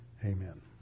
Amen